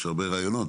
יש הרבה רעיונות,